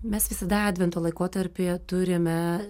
mes visada advento laikotarpyje turime